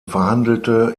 verhandelte